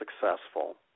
successful